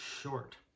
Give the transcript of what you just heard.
short